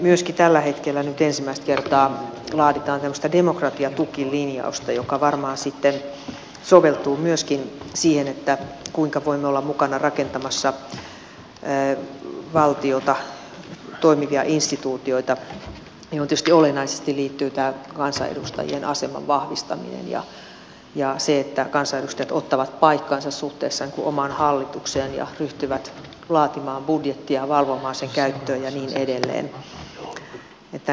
myöskin tällä hetkellä nyt ensimmäistä kertaa laaditaan tämmöistä demokratiatukilinjausta joka varmaan sitten soveltuu myöskin siihen kuinka voimme olla mukana rakentamassa valtiota toimivia instituutioita mihin tietysti olennaisesti liittyy tämä kansanedustajien aseman vahvistaminen ja se että kansanedustajat ottavat paikkansa suhteessa omaan hallitukseen ja ryhtyvät laatimaan budjettia ja valvomaan sen käyttöä ja niin edelleen